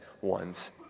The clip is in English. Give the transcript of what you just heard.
ones